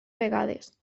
vegades